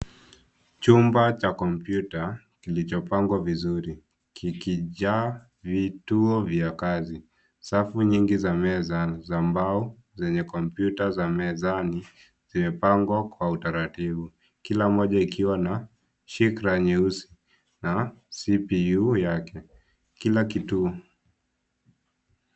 Chumba cha kompyuta kilichopangwa vizuri kikijaa vitu vya kazi. Safu nyingi za meza za mbao zenye kompyuta za mezani zimepangwa kwa utaratibu kila mmoja ikiwa na shikra nyeusi na CPU yake.